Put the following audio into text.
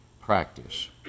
practice